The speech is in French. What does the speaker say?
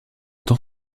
tant